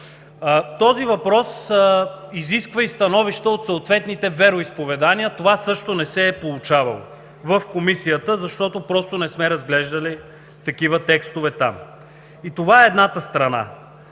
Този въпрос изисква и становища от съответните вероизповедания – това също не се е получавало в Комисията, защото просто не сме разглеждали такива текстове там – и това е едната страна.